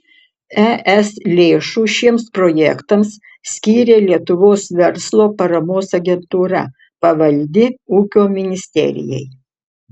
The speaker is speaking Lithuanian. es lėšų šiems projektams skyrė lietuvos verslo paramos agentūra pavaldi ūkio ministerijai